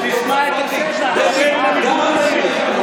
--- חברת הכנסת דבי, גם את היית בליכוד.